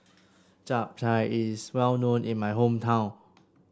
Chap Chai is well known in my hometown